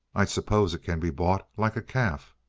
i suppose it can be bought like a calf!